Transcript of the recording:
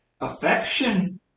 affection